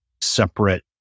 separate